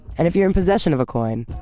and if you're in possession of a coin,